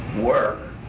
work